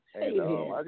Hey